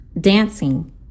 dancing